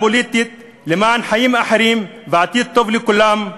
פוליטית למען חיים אחרים ועתיד טוב לכולם,